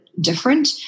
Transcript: different